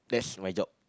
that's my job